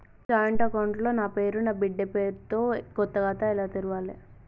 Joint account లో నా పేరు నా బిడ్డే పేరు తో కొత్త ఖాతా ఎలా తెరవాలి?